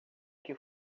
que